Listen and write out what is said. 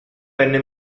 venne